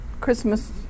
Christmas